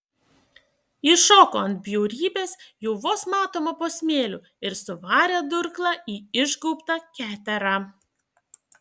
ji šoko ant bjaurybės jau vos matomo po smėliu ir suvarė durklą į išgaubtą keterą